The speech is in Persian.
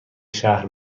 شهر